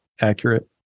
accurate